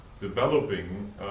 developing